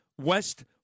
West